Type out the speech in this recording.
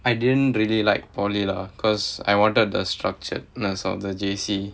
I didn't really like polytechnic lah because I wanted the structuredness of the J_C